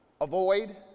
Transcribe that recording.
avoid